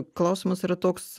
klausimas yra toks